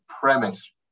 premise